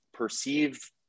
perceive